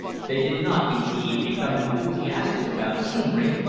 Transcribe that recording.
they did not, indeed, become enthusiastic about scenery,